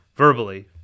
Verbally